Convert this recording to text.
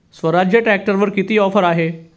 स्वराज ट्रॅक्टरवर किती ऑफर आहे?